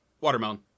Watermelon